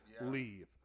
leave